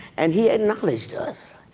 and he acknowledged us,